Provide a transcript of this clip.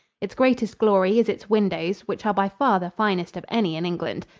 its greatest glory is its windows, which are by far the finest of any in england.